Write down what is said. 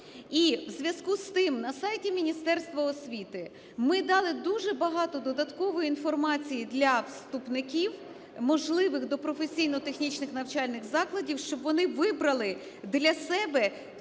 І у зв'язку з тим на сайті Міністерства освіти ми дали дуже багато додаткової інформації для вступників можливих до професійно-технічних навчальних закладів, щоб вони вибрали для себе ту